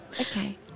Okay